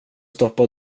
stoppa